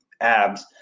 abs